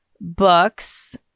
books